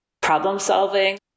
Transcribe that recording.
problem-solving